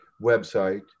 website